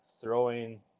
throwing